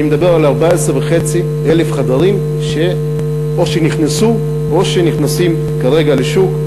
אני מדבר על 14,500 חדרים שאו שנכנסו או שנכנסים כרגע לשוק,